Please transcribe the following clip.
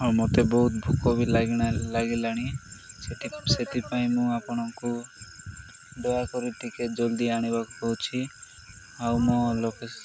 ଆଉ ମୋତେ ବହୁତ ଭୋକ ବି ଲାଗିଲାଣି ସେ ସେଥିପାଇଁ ମୁଁ ଆପଣଙ୍କୁ ଦୟାକରି ଟିକେ ଜଲ୍ଦି ଆଣିବାକୁ କହୁଛି ଆଉ ମୋ ଲୋକେସନ୍